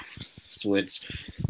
Switch